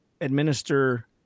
administer